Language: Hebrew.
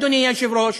אדוני היושב-ראש,